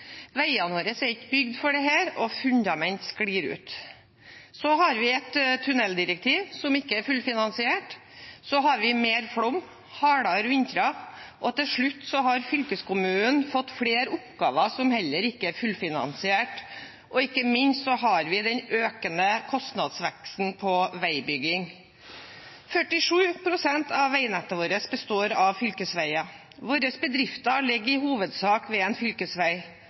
Veiene våre er ikke bygd for dette, og fundamenter sklir ut. Så har vi et tunneldirektiv som ikke er fullfinansiert, vi har mer flom og hardere vintre, og til slutt har fylkeskommunen fått flere oppgaver som heller ikke er fullfinansiert. Og ikke minst har vi den økende kostnadsveksten på veibygging. 47 pst. av veinettet vårt består av fylkesveier. Bedriftene våre ligger i hovedsak ved en